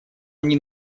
они